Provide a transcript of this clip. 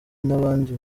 n’abandi